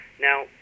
Now